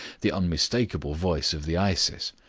the unmistakable voice of the isis,